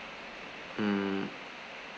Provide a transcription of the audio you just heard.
mm